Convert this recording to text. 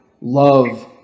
love